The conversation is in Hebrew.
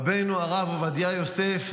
רבינו הרב עובדיה יוסף,